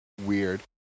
weird